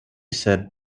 said